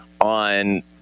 on